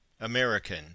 american